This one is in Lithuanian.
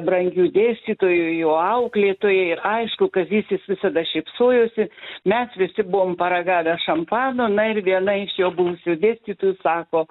brangių dėstytojų jo auklėtojai aišku kazys jis visada šypsojosi mes visi buvom paragavę šampano na ir viena iš jo buvusių dėstytojų sako